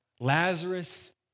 Lazarus